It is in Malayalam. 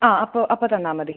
ആ അപ്പോൾ അപ്പോൾ തന്നാൽ മതി